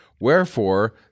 Wherefore